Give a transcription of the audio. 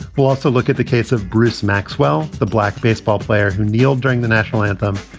we'll also look at the case of bruce maxwell, the black baseball player who kneel during the national anthem.